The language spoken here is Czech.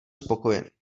spokojený